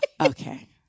Okay